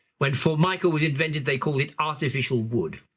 when formica was invented they called it artificial wood.